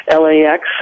LAX